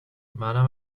منم